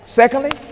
secondly